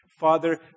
Father